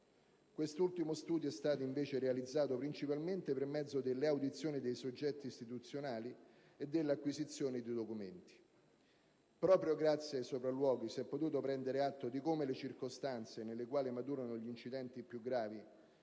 Quest'ultimo studio è stato, invece, realizzato principalmente per mezzo delle audizioni dei soggetti istituzionali e dell'acquisizione di documenti. Proprio grazie ai sopralluoghi si è potuto prendere atto di come le circostanze nelle quali maturano gli incidenti più gravi